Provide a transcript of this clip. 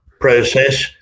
process